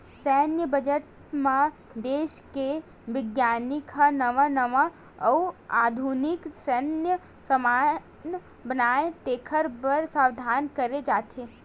सैन्य बजट म देस के बिग्यानिक ह नवा नवा अउ आधुनिक सैन्य समान बनाए तेखर बर प्रावधान करे जाथे